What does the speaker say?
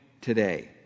today